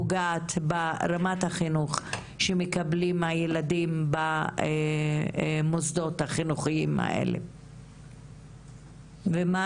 פוגעת ברמת החינוך שמקבלים הילדים האלה במוסדות החינוכיים הללו ואם כן,